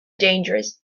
dangerous